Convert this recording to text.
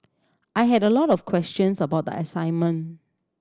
I had a lot of questions about the assignment